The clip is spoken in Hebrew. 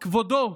כבודו,